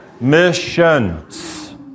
missions